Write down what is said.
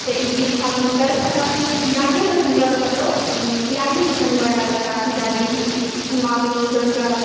तऽ ई गीत हम सर्वप्रथम बियाहेमे सुनलहुँ रऽ कतहुँ बियाहेमे सुनलहुँ रऽ चाची दादी माँ के मुँह सभसँ